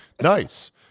Nice